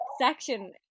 section